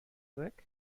weg